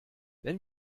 wenn